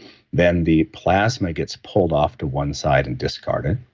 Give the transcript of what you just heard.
then the plasma gets pulled off to one side and discarded.